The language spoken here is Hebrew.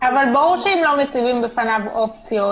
--- אבל ברור שאם לא מציבים בפניו אופציות,